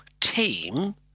team